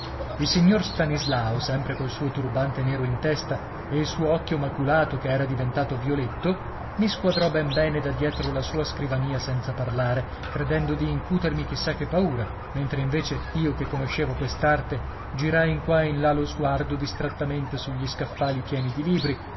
il signor stanislao sempre col suo turbante nero in testa e il suo occhio maculato che era diventato violetto mi squadrò ben bene da dietro la sua scrivania senza parlare credendo di incutermi chi sa che paura mentre invece io che conoscevo quest'arte girai in qua e in là lo sguardo distrattamente sugli scaffali pieni di libri